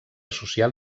social